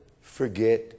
forget